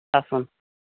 ଆସନ୍ତୁ